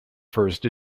first